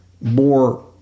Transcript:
more